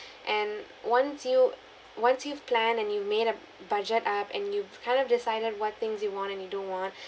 and once you once you've planned and you made a budget up and you've kind of decided what things you want and you don't want